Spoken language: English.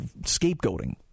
scapegoating